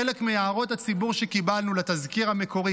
חלק מהערות הציבור שקיבלנו לתזכיר המקורי